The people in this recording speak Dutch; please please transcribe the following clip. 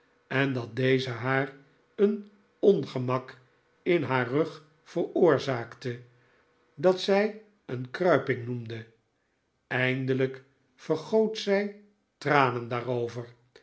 en dat deze haar een ongemak in haar rug veroorzaakte dat zij een kruiping noemde eindelijk vergpot zij tranen daarover